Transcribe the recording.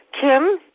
Kim